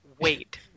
wait